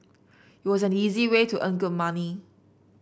it was an easy way to earn good money